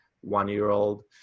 one-year-old